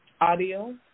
audio